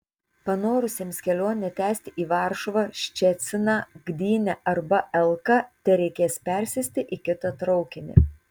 panorusiems kelionę tęsti į varšuvą ščeciną gdynę arba elką tereikės persėsti į kitą traukinį